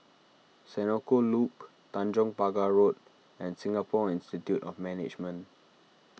Senoko Loop Tanjong Pagar Road and Singapore Institute of Management